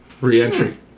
Re-entry